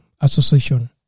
association